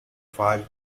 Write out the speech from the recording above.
five